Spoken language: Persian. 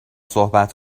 صحبت